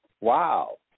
Wow